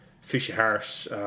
Fisher-Harris